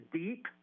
deep